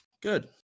Good